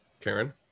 karen